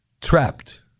Trapped